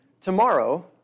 tomorrow